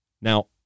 Now